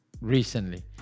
recently